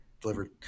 Delivered